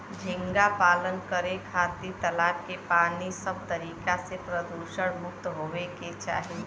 झींगा पालन करे खातिर तालाब के पानी सब तरीका से प्रदुषण मुक्त होये के चाही